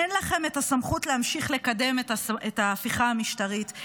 אין לכם את הסמכות להמשיך לקדם את ההפיכה המשטרית,